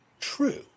true